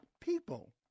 people